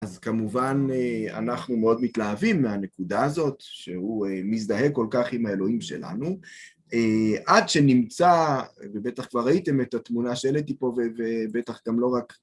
אז כמובן, אנחנו מאוד מתלהבים מהנקודה הזאת, שהוא מזדהה כל כך עם האלוהים שלנו, עד שנמצא, ובטח כבר ראיתם את התמונה שהעליתי פה, ו... ובטח גם לא רק